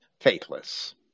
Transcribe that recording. faithless